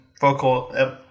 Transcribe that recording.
vocal